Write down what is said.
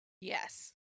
yes